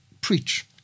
Preach